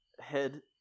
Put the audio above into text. head